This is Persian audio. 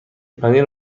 پنیر